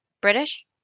British